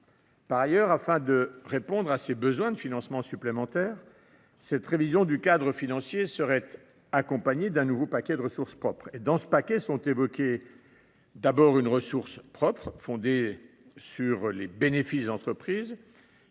Par ailleurs, afin de répondre à ces besoins de financement supplémentaires, cette révision du cadre financier serait accompagnée d’un nouveau paquet de ressources propres. Il est ainsi question d’une ressource propre fondée sur les bénéfices des entreprises,